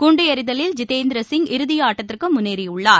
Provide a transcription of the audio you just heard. குண்டுஎறிதலில் Jitendra Singh இறுதியாட்டத்திற்குமுன்னேறியுள்ளார்